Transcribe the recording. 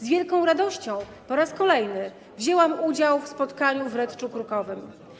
Z wielką radością po raz kolejny wzięłam udział w spotkaniu w Redczu Krukowym.